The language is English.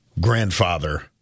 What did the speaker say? grandfather